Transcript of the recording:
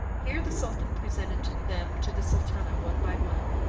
here the sultan presented them to the sultana one by one,